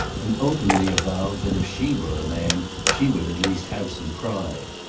and openly avowed that, if she were a man, she would at least have some pride.